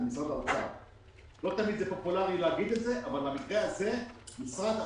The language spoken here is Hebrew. זה משרד האוצר.